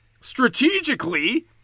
strategically